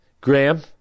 Graham